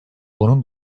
bunun